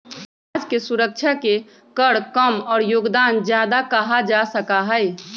समाज के सुरक्षा के कर कम और योगदान ज्यादा कहा जा सका हई